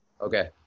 Okay